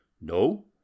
No